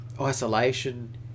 isolation